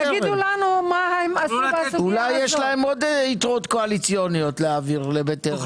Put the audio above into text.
אולי יש להם עוד יתרות קואליציוניות להעביר לבטרם?